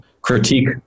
critique